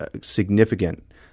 significant